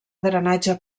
drenatge